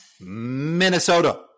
Minnesota